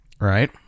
right